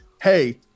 Hey